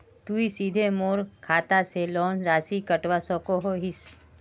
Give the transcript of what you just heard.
तुई सीधे मोर खाता से लोन राशि कटवा सकोहो हिस?